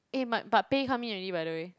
eh but pay come in already by the way